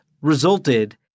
resulted